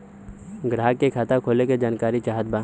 ग्राहक के खाता खोले के जानकारी चाहत बा?